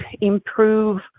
improve